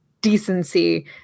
decency